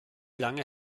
lange